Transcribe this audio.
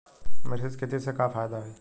मिश्रित खेती से का फायदा होई?